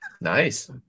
Nice